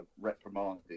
reprimanded